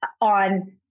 on